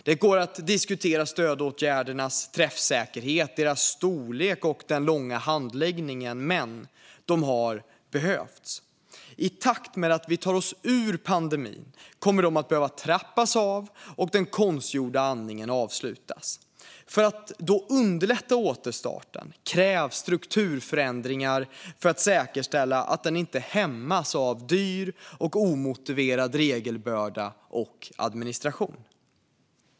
Det går att diskutera stödåtgärdernas träffsäkerhet, deras storlek och den långa handläggningen, men de har behövts. I takt med att vi tar oss ur pandemin kommer de att behöva trappas av och den konstgjorda andningen avslutas. För att då underlätta återstarten krävs strukturförändringar för att säkerställa att den inte hämmas av dyr och omotiverad regelbörda och administration.